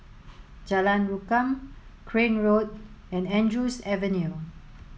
Jalan Rukam Crane Road and Andrews Avenue